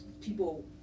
people